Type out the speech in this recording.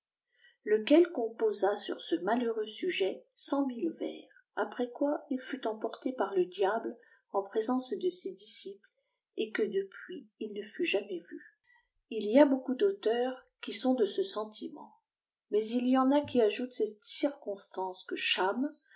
lequel compasa s rr ce malheureifx sujet cent mille vers après quoi il fut emporté mr le diable en présence de àes disciples et que depuis il ne fut lamais vu il y a beaucoup d'auteurs qui sont de ce sentiment mais il y len a qui ajoutent cette circonstance que